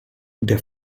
der